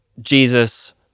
Jesus